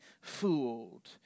fooled